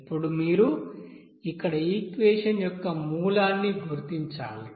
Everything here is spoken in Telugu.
ఇప్పుడు మీరు ఇక్కడ ఈక్వెషన్ యొక్క మూలాన్ని గుర్తించాలి